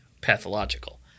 Pathological